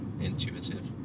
intuitive